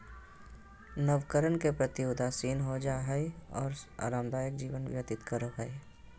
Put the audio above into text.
नवकरण के प्रति उदासीन हो जाय हइ और आरामदायक जीवन व्यतीत करो हइ